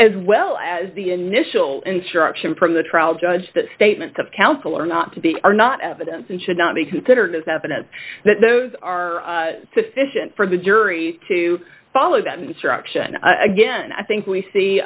as well as the initial instruction from the trial judge that statement of counsel are not to be are not evidence and should not be considered as evidence that those are sufficient for the jury to follow that instruction again i think we see